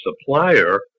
supplier